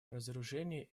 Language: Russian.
разоружение